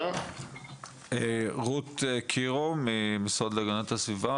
רות קירו ממשרד להגנת הסביבה.